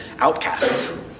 outcasts